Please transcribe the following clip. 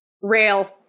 Rail